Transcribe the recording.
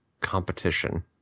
competition